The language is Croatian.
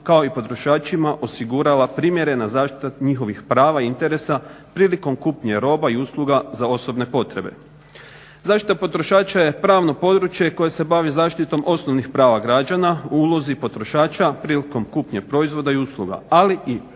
kao i potrošačima osigurala primjerena zaštita njihovih prava i interesa prilikom kupnje roba i usluga za osobne potrebe. Zaštita potrošača je pravno područje koje se bavi zaštitom osnovnih prava građana u ulozi potrošača prilikom kupnje proizvoda i usluga ali i pri